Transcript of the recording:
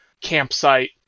campsite